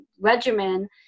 regimen